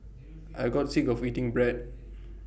I got sick of eating bread